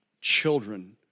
children